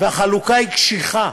והחלוקה היא קשיחה,